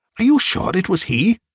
are you sure it was he?